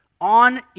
on